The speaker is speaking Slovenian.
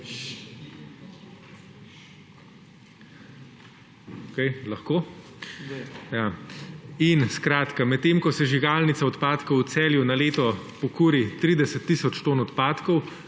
Skratka, medtem ko sežigalnica odpadkov v Celju na leto pokuri 30 tisoč ton odpadkov,